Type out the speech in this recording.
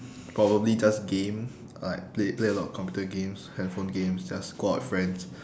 probably just game like play play a lot of computer games handphone games just go out with friends